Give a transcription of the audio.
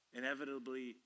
inevitably